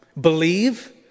Believe